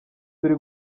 turi